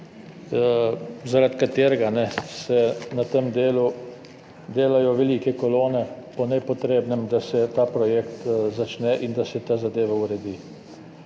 zaradi katerega se na tem delu delajo velike kolone po nepotrebnem, da se ta projekt začne in da se ta zadeva uredi.